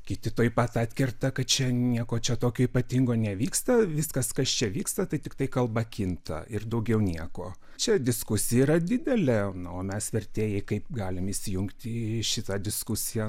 kiti tuoj pat atkerta kad čia nieko čia tokio ypatingo nevyksta viskas kas čia vyksta tai tiktai kalba kinta ir daugiau nieko čia diskusija yra didelė na o mes vertėjai kaip galim įsijungti į šitą diskusiją